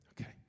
Okay